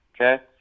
Okay